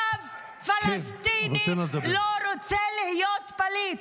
אף פלסטיני לא רוצה להיות פליט.